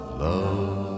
love